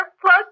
plus